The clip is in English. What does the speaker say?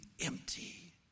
empty